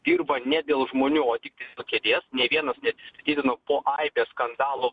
dirba ne dėl žmonių o tik tai kėdės nė vienas neatsistatydino po aibės skandalų